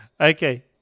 Okay